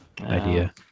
idea